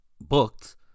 booked